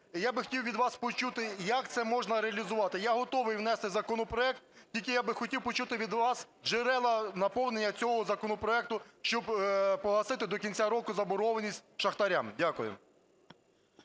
я би хотів від вас почути, як це можна реалізувати. Я готовий внести законопроект, тільки я би хотів почути від вас джерела наповнення цього законопроекту, щоб погасити до кінця року заборгованість шахтарям. Дякую.